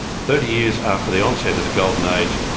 thirty years after the onset of the golden age,